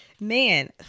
Man